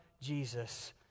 Jesus